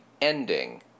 ending